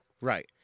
Right